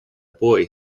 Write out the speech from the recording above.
boy